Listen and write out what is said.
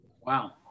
Wow